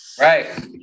Right